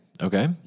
Okay